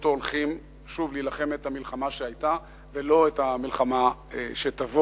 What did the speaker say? או-טו-טו הולכים שוב להילחם את המלחמה שהיתה ולא את המלחמה שתבוא.